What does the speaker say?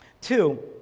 Two